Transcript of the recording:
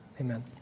Amen